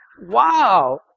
wow